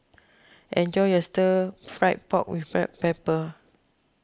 enjoy your Stir Fried Pork with Black Pepper